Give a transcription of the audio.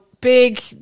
big